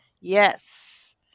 Yes